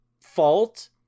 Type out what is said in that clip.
fault